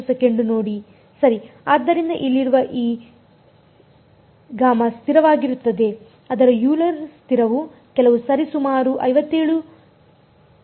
ಸರಿ ಆದ್ದರಿಂದಇಲ್ಲಿರುವ ಈ 𝛾 ಸ್ಥಿರವಾಗಿರುತ್ತದೆ ಅದರ ಯೂಲರ್ ಸ್ಥಿರವು ಕೆಲವು ಸರಿಸುಮಾರು 0